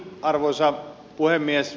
arvoisa puhemies